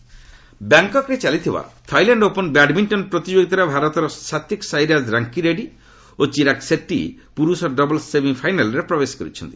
badminton ବ୍ୟାଙ୍କ୍କକ୍ରେ ଚାଲିଥିବା Thailand open badminton ପ୍ରତିଯୋଗିତାର ଭାରତର ସାତ୍ତିକ ସାଇରାଜ୍ ରାଙ୍କିରେଡ୍ରୀ ଓ ଚିରାଗ୍ ସେଟ୍ଟି ପୁରୁଷ ଡବଲ୍ସ୍ ସେମିଫାଇନାଲ୍ରେ ପ୍ରବେଶ କରିଛନ୍ତି